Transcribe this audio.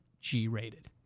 G-rated